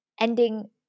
ending